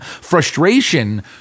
Frustration